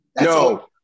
No